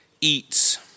eats